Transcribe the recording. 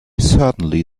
certainly